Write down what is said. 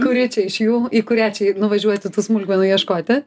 kuri čia iš jų į kurią čia nuvažiuoti tų smulkmenų ieškoti